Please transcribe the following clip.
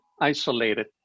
isolated